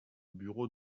bureau